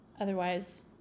Otherwise